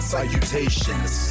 Salutations